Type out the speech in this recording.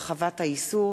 הרחבת האיסור),